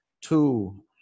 two